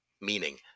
meaning